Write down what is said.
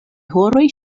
horoj